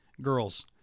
girls